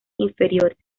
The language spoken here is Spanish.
inferiores